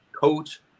coach